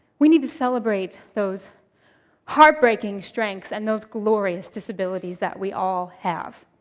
we need to celebrate those heartbreaking strengths and those glorious disabilities that we all have.